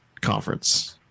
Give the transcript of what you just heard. conference